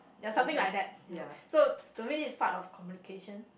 ya something like that so to me it's part of communication